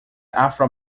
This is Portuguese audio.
afro